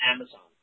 Amazon